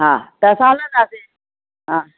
हा त असां हलंदासीं हा